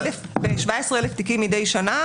ב-17,000 תיקים מדי שנה,